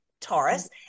Taurus